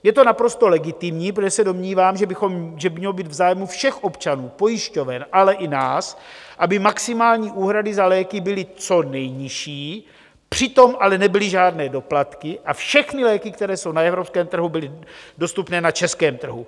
Je to naprosto legitimní, protože se domnívám, že by mělo být v zájmu všech občanů, pojišťoven, ale i nás, aby maximální úhrady za léky byly co nejnižší, přitom ale nebyly žádné doplatky a všechny léky, které jsou na evropském trhu, byly dostupné na českém trhu.